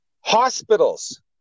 Hospitals